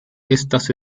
estas